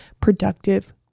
productive